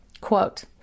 Quote